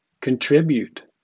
contribute